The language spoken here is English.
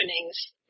openings